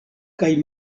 kaj